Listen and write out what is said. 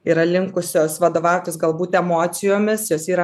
yra linkusios vadovautis galbūt emocijomis jos yra